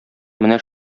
менә